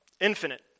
infinite